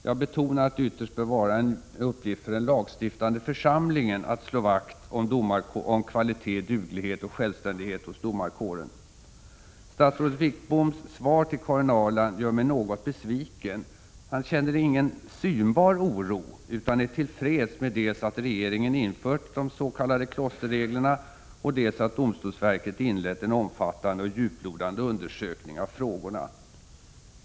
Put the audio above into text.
Jag betonar att det ytterst bör vara en uppgift för den lagstiftande församlingen att slå vakt om kvalitet, duglighet och självständighet hos domarkåren. Statsrådet Wickboms svar till Karin Ahrland gör mig något besviken. Han känner ingen synbar oro utan är till freds med att regeringen infört de s.k. klosterreglerna och att domstolsverket inlett en omfattande och djuplodande undersökning av frågorna.